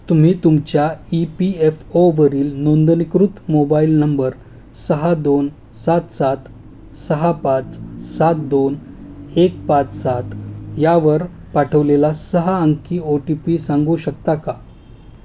तुम्ही तुमच्या E P F ओवरील नोंदणीकृत मोबाईल नंबर सहा दोन सात सात सहा पाच सात दोन एक पाच सात यावर पाठवलेला सहा अंकी ओ टी पी सांगू शकता का